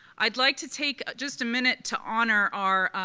i'd like to take just a minute to honor our